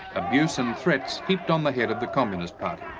abuse and threats heaped on the head of the communist party.